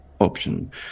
option